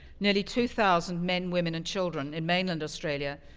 nearly two thousand men, women, and children in mainland australia,